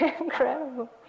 incredible